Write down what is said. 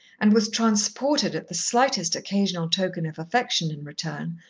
and was transported at the slightest occasional token of affection in return,